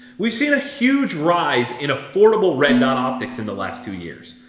we've seen a huge rise in affordable red dot optics in the last two years,